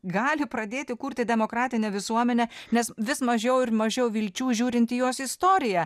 gali pradėti kurti demokratinę visuomenę nes vis mažiau ir mažiau vilčių žiūrint į jos istoriją